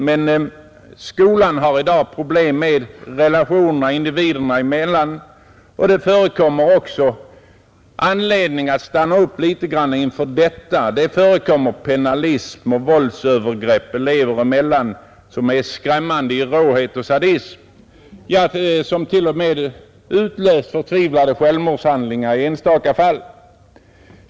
Men skolan har i dag problem med relationerna individerna emellan, och det finns även anledning att stanna litet inför detta. Det förekommer elever emellan pennalism och våldsövergrepp som är skrämmande i sin råhet och sadism, som t.o.m. utlöser förtvivlade självmordshandlingar i enstaka fall.